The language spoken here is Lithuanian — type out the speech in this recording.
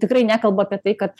tikrai nekalbu apie tai kad